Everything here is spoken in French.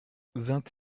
vingt